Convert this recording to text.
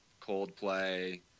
Coldplay